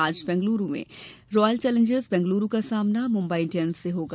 आज बेंगलुरू में Royal Challengers Bengaluru का सामना मुम्बई इंडियन्स से होगा